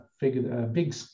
big